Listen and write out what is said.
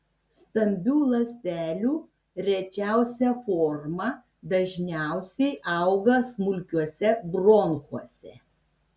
stambių ląstelių rečiausia forma dažniausiai auga smulkiuose bronchuose